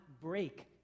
break